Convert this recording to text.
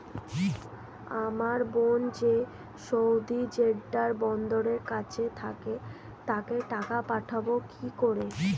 আমার বোন যে সৌদির জেড্ডা বন্দরের কাছে থাকে তাকে টাকা পাঠাবো কি করে?